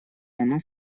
она